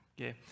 okay